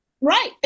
Right